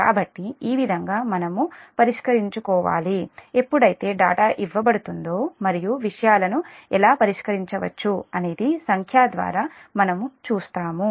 కాబట్టి ఈ విధంగా మనం పరిష్కరించుకోవాలిఎప్పుడైతే డేటా ఇవ్వబడుతుందో మరియు విషయాలను ఎలా పరిష్కరించవచ్చు అనేది సంఖ్యా ద్వారా మనం చూస్తాము